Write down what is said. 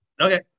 Okay